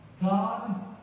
God